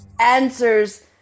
answers